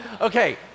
Okay